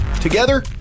Together